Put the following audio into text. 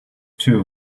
too